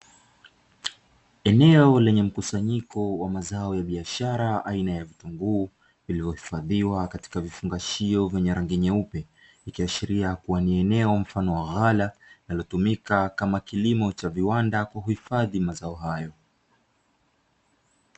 Eneo lenye mkusanyiko wa mazao ya biashara aina ya vitunguu, lililohifadhiwa katika vifungashio vyenye rangi nyeupe, ikiashiria kuwa ni eneo mfano wa ghala linalotumika kama kilimo cha viwanda kwa kuhifadhi mazao hayo.